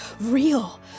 real